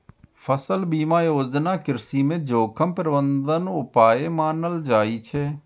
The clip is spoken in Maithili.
फसल बीमा योजना कृषि मे जोखिम प्रबंधन उपाय मानल जाइ छै